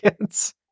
kids